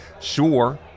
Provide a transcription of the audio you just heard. Sure